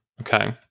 okay